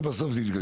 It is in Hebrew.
ובסוף זה מתגשם.